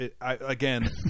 Again